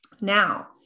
Now